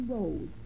Road